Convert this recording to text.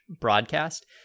broadcast